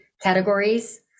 categories